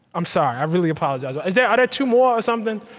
i'm sorry. i really apologize. are there and two more or something?